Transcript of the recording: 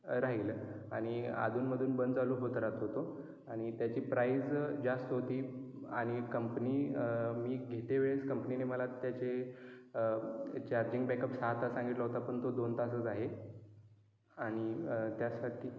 राहील आणि अधूनमधून बंद चालू होत राहतो तो आणि त्याची प्राईज जास्त होती आणि कंपनी मी घेतेवेळेस कंपनीने मला त्याचे चार्जिंग बॅकअप सहा तास सांगितला होता पण तो दोन तासच आहे आणि त्यासाठी